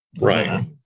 right